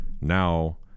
Now